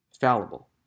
fallible